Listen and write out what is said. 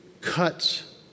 cuts